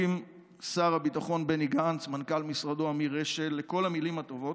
ושר הביטחון בני גנץ ומנכ"ל משרדו אמיר אשל ראויים לכל המילים הטובות,